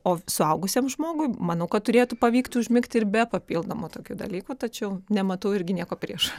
o suaugusiam žmogui manau kad turėtų pavykti užmigti ir be papildomų tokių dalykų tačiau nematau irgi nieko prieš